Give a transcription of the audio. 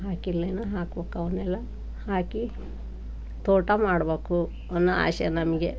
ಹಾಕಿಲ್ಲಿನ್ನೂ ಹಾಕ್ಬೇಕು ಅವನ್ನೆಲ್ಲ ಹಾಕಿ ತೋಟ ಮಾಡ್ಬೇಕು ಅನ್ನೋ ಆಸೆ ನಮಗೆ